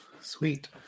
sweet